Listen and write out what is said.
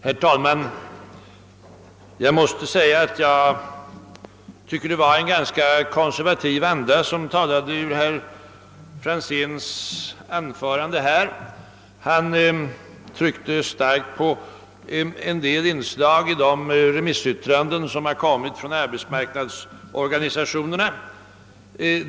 Herr talman! Jag måste säga att andan i det anförande som herr Franzén i Motala höll var ganska konservativ. Herr Franzén tryckte starkt på en del inslag i de remissyttranden som arbetsmarknadens organisationer avgivit.